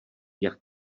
jak